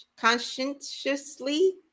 conscientiously